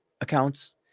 accounts